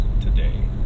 today